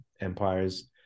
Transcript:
empire's